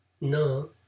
No